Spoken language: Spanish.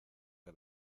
que